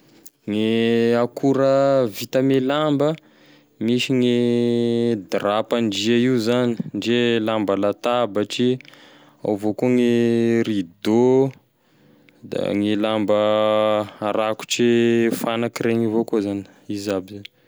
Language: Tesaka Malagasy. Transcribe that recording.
Gne akora vita ame lamba misy gne drap-m-pandria io zany ndre lamba latabaqtrry, ao avao koa gne rideau gne lamba arakotry e fanaky reny avao koa zany, izy aby zany.